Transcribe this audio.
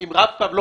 עם רב-קו לא